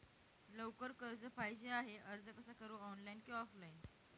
लवकर कर्ज पाहिजे आहे अर्ज कसा करु ऑनलाइन कि ऑफलाइन?